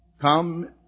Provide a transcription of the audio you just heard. Come